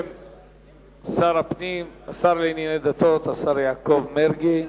בשם שר הפנים, השר לענייני דתות יעקב מרגי.